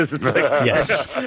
yes